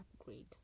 upgrade